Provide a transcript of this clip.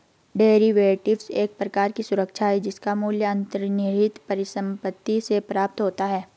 derivatives एक प्रकार की सुरक्षा है जिसका मूल्य अंतर्निहित परिसंपत्ति से प्राप्त होता है